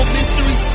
mystery